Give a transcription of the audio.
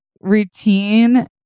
routine